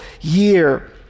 year